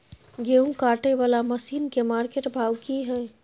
गेहूं काटय वाला मसीन के मार्केट भाव की हय?